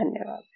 धन्यवाद